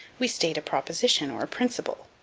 we state a proposition, or a principle,